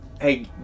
Hey